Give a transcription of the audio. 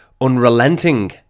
unrelenting